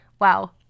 Wow